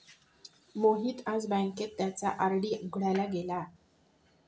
मोहित आज बँकेत त्याचा आर.डी उघडायला गेला